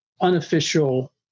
unofficial